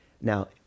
Now